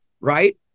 right